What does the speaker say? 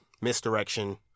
misdirection